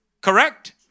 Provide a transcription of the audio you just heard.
Correct